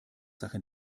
sache